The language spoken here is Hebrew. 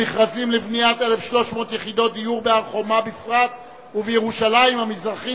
המכרזים לבניית 1,300 יחידות דיור בהר-חומה בפרט ובירושלים המזרחית,